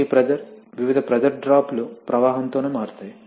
ఇప్పుడు ఈ ప్రెషర్ వివిధ ప్రెషర్ డ్రాప్ లు ప్రవాహంతోనే మారుతాయి